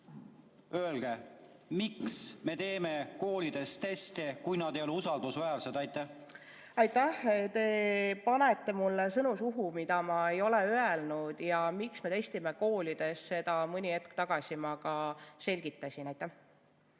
Öelge, miks me teeme koolides teste, kui need ei ole usaldusväärsed. Aitäh! Te panete mulle suhu sõnu, mida ma ei ole öelnud. Ja seda, miks me testime koolides, ma mõni hetk tagasi ka selgitasin. Aitäh!